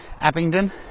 Abingdon